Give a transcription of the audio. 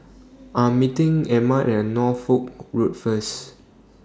I Am meeting Emma At Norfolk Road First